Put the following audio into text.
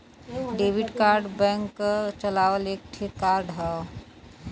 debit card bank क चलावल एक ठे कार्ड हौ